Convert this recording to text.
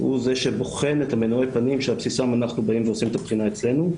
הוא זה שבוחן את מנועי הפנים שעל בסיסם אנחנו עושים את הבחינה אצלנו.